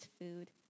food